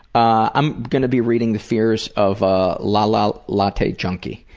ah i'm gonna be reading the fears of ah lala latte junkie.